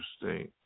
interesting